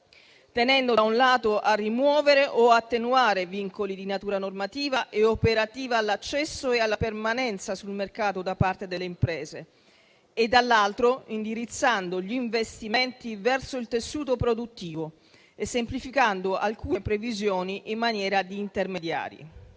tendendo, da un lato, a rimuovere o attenuare vincoli di natura normativa e operativa all'accesso e alla permanenza sul mercato da parte delle imprese e, dall'altro, indirizzando gli investimenti verso il tessuto produttivo e semplificando alcune previsioni in materia di intermediari.